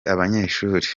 abanyeshuri